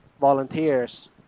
volunteers